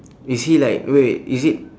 is he like wait is it